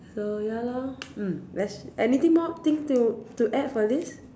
so ya loh mm let's anything more thing to to add for this